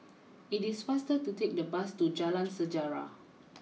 it is faster to take the bus to Jalan Sejarah